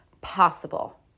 possible